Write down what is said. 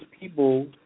people